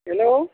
hello